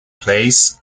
place